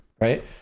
right